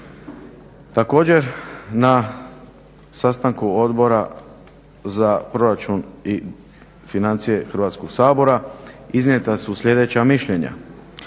Također na sastanku Odbora za proračun i financije Hrvatskog sabora iznijeta su sljedeća mišljenja,